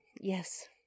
Yes